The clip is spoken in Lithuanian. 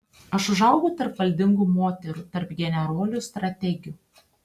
aš užaugau tarp valdingų moterų tarp generolių strategių